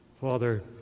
Father